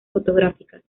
fotográficas